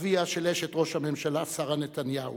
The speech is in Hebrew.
אביה של אשת ראש הממשלה, שרה נתניהו,